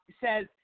says